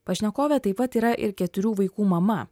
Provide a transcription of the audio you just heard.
pašnekovė taip pat yra ir keturių vaikų mama